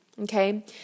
okay